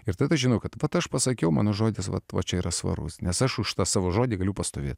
ir tada žino kad vat aš pasakiau mano žodis vat va čia yra svarus nes aš už tą savo žodį galiu pastovėti